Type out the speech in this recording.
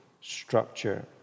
structure